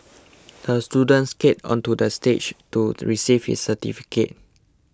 the student skated onto the stage to receive his certificate